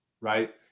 right